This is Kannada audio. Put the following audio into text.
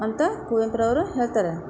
ಅಂತ ಕುವೆಂಪುರವರು ಹೇಳ್ತಾರೆ